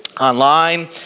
online